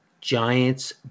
Giants